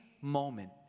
moment